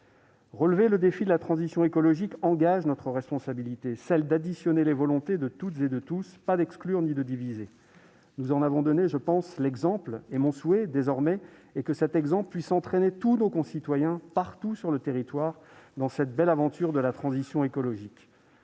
Relever le défi de la transition écologique engage notre responsabilité : celle d'additionner les volontés de toutes et de tous, non d'exclure ni de diviser. Nous en avons donné l'exemple. J'espère que cela permettra d'entraîner tous nos concitoyens, partout sur le territoire, dans cette belle aventure de la transition écologique.